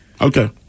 Okay